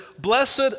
blessed